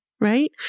Right